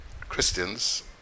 Christians